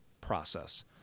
process